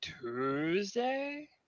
Tuesday